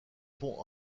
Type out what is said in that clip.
pont